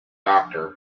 doctor